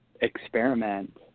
experiment